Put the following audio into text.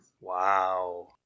Wow